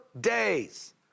days